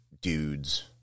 dudes